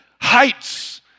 heights